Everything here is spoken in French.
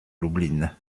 lublin